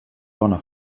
bona